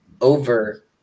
over